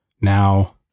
Now